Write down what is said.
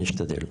אני אשתדל.